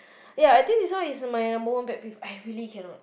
ya I think this one is my number one pet peeve I really cannot